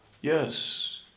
yes